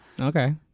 Okay